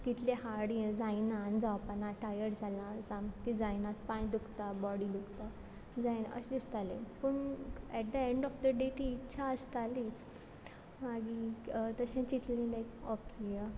कितलें हाड यें जायना आन जावपा ना टायड जालां सामकें जायनात पांय दुकता बॉडी दुकता जायना अश दिसतालें पूण at the end of the day ती इत्छा आसतालीच मागी तशें चिंतलें लायक ऑके या